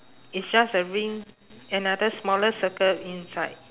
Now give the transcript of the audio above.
it's just a ring another smaller circle inside